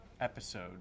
episode